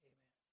Amen